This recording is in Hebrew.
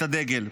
את הדגל.